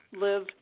live